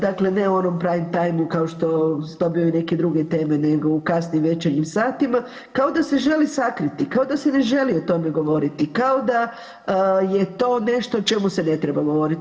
Dakle, ne u onom prime time kao što dobiju neke druge teme, nego u kasnim večernjim satima kao da se želi sakriti, kao da se ne želi o tome govoriti, kao da je to nešto o čemu se ne treba govoriti.